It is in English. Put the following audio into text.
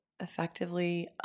effectively